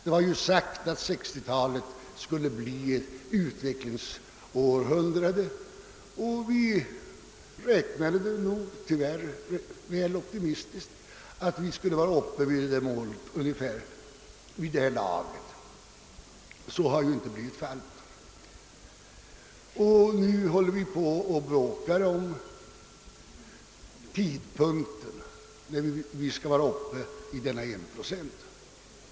Det var sagt att 1960-talet skulle bli ett utvecklingens årtionde, och vi räknade — tyvärr väl optimistiskt — med att vi skulle ha varit framme vid detta mål ungefär vid det här laget. Så har inte blivit fallet. Nu håller vi på och bråkar om vid vilken tid punkt vi skall komma upp till 1 procent.